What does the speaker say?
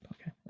okay